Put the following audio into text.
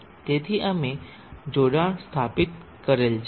તેથી અમે જોડાણ સ્થાપિત કરેલ છે